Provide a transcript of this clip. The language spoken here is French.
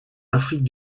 afrique